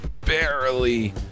barely